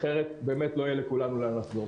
אחרת באמת לא יהיה לכולנו לאן לחזור.